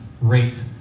rate